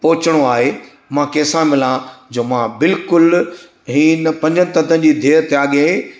पहुचणो आहे मां कंहिंसां मिलां जो मां बिलकुलु इहे हिन पंज तत्वनि जी देहि त्यागे